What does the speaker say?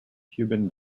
cuban